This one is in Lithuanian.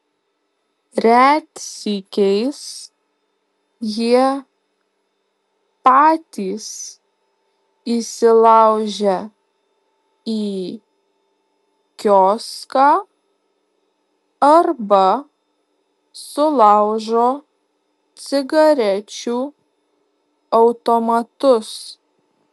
retsykiais jie patys įsilaužia į kioską arba sulaužo cigarečių automatus